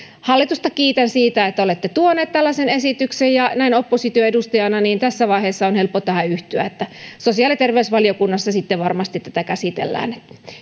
hallitusta kiitän siitä että olette tuoneet tällaisen esityksen näin opposition edustajana tässä vaiheessa on helppo tähän yhtyä sosiaali ja terveysvaliokunnassa sitten varmasti tätä käsitellään